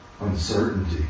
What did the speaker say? uncertainty